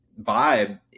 vibe